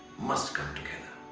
must come together.